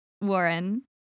Warren